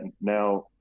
now